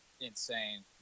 insane